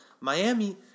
Miami